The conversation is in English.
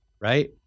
right